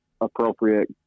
appropriate